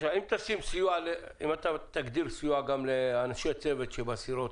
אם תגדיר סיוע גם לאנשי צוות בסירות,